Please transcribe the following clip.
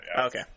Okay